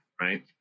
right